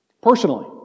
Personally